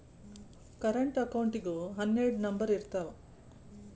current ಅಕೌಂಟಿಗೂ ಹನ್ನೆರಡ್ number ಇರ್ತಾವ